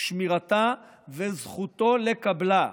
שמירתה וזכותו לקבלה,